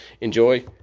enjoy